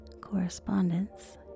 Correspondence